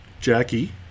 Jackie